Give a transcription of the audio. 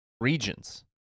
regions